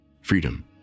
freedom